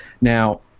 Now